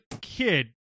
kid